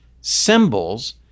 symbols